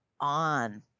on